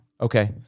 Okay